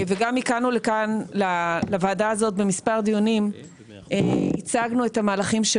הגענו לכאן לוועדה הזאת במס' דיונים והצגנו את המהלכים.